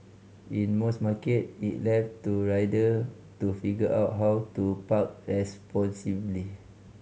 in most market it left to rider to figure out how to park responsibly